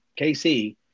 KC